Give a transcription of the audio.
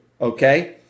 okay